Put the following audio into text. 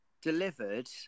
delivered